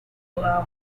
allow